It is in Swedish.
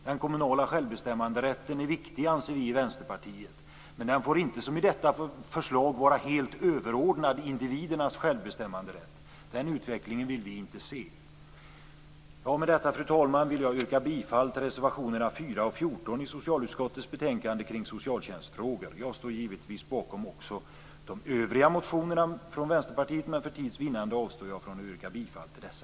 Den kommunala självbestämmanderätten är viktig anser vi i Vänsterpartiet, men den får inte, som i detta förslag, vara helt överordnad individernas självbestämmanderätt. Den utvecklingen vill vi inte se. Med detta, fru talman, vill jag yrka bifall till reservationerna 4 och 14 i socialutskottets betänkande kring socialtjänstfrågor. Jag står givetvis bakom de övriga motionerna från Vänsterpartiet, men för tids vinnande avstår jag från att yrka bifall till dessa.